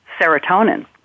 serotonin